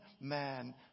man